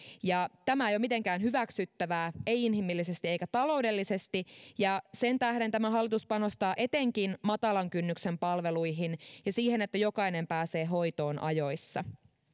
tämä ei ole mitenkään hyväksyttävää ei inhimillisesti eikä taloudellisesti ja sen tähden tämä hallitus panostaa etenkin matalan kynnyksen palveluihin ja siihen että jokainen pääsee hoitoon ajoissa